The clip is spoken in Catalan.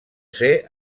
ser